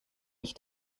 ich